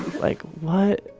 like, what?